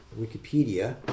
Wikipedia